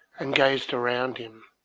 and gazed around him.